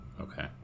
Okay